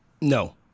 No